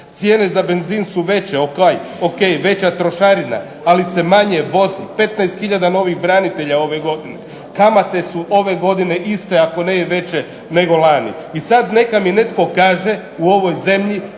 Cijene za benzin su veće. Ok, veća je trošarina, ali se manje vozi. 15 tisuća novih branitelja ove godine. Kamate su ove godine iste, ako ne i veće nego lani. I sad neka mi netko kaže u ovoj zemlji